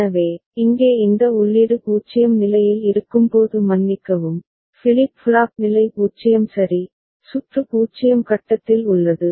எனவே இங்கே இந்த உள்ளீடு 0 நிலையில் இருக்கும்போது மன்னிக்கவும் ஃபிளிப் ஃப்ளாப் நிலை 0 சரி சுற்று 0 கட்டத்தில் உள்ளது